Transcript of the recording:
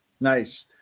Nice